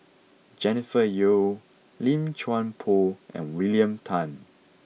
Jennifer Yeo Lim Chuan Poh and William Tan